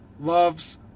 loves